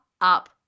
up